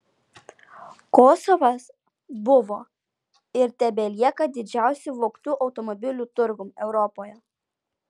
kosovas buvo ir tebelieka didžiausiu vogtų automobilių turgum europoje